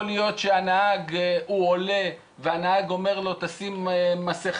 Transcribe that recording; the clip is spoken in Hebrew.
יכול להיות שהוא עולה והנהג אומר לו שישים מסכה